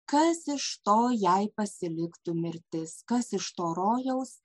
kas iš to jei pasiliktų mirtis kas iš to rojaus